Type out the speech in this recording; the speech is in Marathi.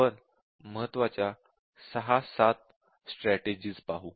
आपण महत्वाच्या 6 7 स्ट्रॅटेजिज पाहू